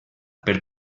per